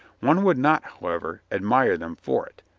one would not, however, admire them for it,